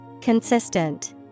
Consistent